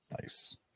Nice